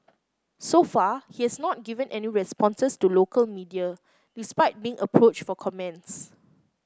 so far he has not given any responses to local media despite being approached for comments